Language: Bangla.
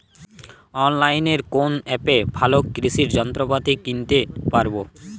অনলাইনের কোন অ্যাপে ভালো কৃষির যন্ত্রপাতি কিনতে পারবো?